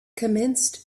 commenced